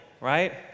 right